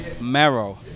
Marrow